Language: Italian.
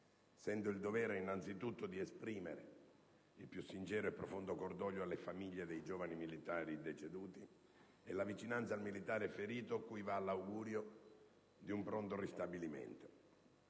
Sento il dovere, innanzitutto, di esprimere il più sincero e profondo cordoglio alle famiglie dei giovani militari deceduti e la vicinanza al militare ferito, cui va l'augurio di un pronto ristabilimento.